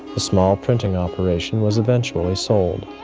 the small printing operation was eventually sold,